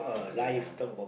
ya